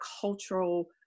cultural